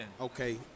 Okay